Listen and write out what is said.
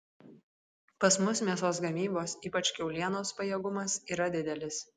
pas mus mėsos gamybos ypač kiaulienos pajėgumas yra didelis